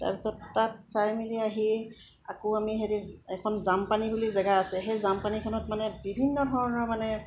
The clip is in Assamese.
তাৰপিছত তাত চাই মেলি আহি আকৌ আমি হেৰি এখন জামপানী বুলি জেগা আছে সেই জামপানীখনত মানে বিভিন্ন ধৰণৰ মানে